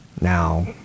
Now